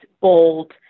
bold